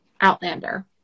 Outlander